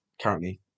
currently